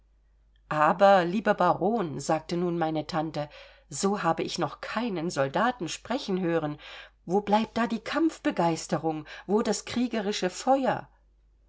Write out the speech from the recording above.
aber lieber baron sagte nun meine tante so habe ich noch keinen soldaten sprechen hören wo bleibt da die kampfbegeisterung wo das kriegerische feuer